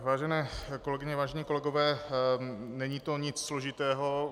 Vážené kolegyně, vážení kolegové, není to nic složitého.